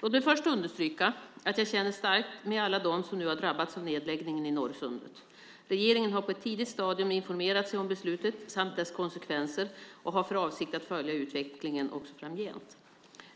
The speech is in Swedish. Låt mig först understryka att jag känner starkt med alla dem som nu har drabbats av nedläggningen i Norrsundet. Regeringen har på ett tidigt stadium informerat sig om beslutet samt dess konsekvenser och har för avsikt att följa utvecklingen också framgent.